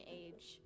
age